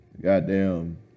Goddamn